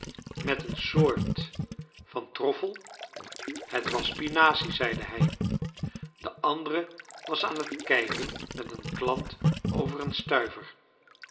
met eene soort van troffel het was spinazie zeide hij de andere was aan t kijven met een klant over een stuiver